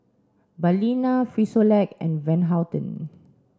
Balina Frisolac and Van Houten